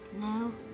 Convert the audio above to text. no